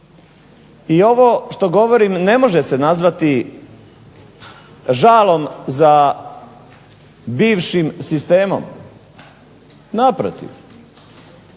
I ovo što govorim ne može se nazvati žalom za bivšim sistemom. Naprotiv.